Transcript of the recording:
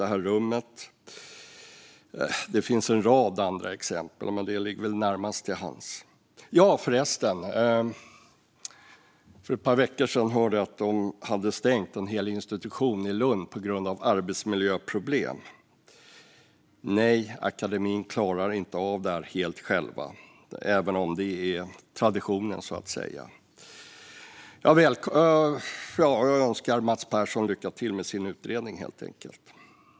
Och det finns en rad andra exempel. Men detta ligger väl närmast till hands. Förresten: För ett par veckor sedan hörde jag att de hade stängt en hel institution vid Lunds universitet på grund av arbetsmiljöproblem. Så, nej, akademin klarar inte av detta helt själv även om det är traditionen, så att säga. Jag önskar Mats Persson lycka till med utredningen.